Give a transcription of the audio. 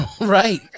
right